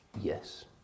yes